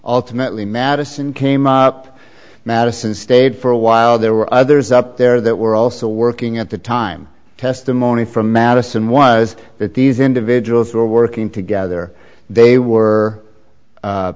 alternately madison came up madison stayed for a while there were others up there that were also working at the time testimony from madison was that these individuals were working together they were